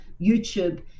YouTube